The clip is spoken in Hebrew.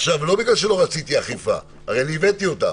לא בגלל שלא רציתי אכיפה, הרי אני הבאתי אותם.